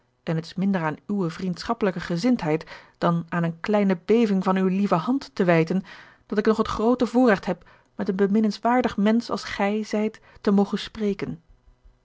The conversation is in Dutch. en het is minder aan uwe vriendschappelijke gezindheid dan aan eene kleine beving van uwe lieve hand te wijten dat ik nog het groote voorregt heb met een beminnenswaardig mensch als gij zijt te mogen spreken